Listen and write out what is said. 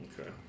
Okay